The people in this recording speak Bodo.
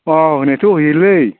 अ होनायाथ' होयोलै